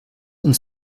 uns